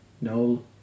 no